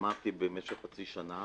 למדתי במשך חצי שנה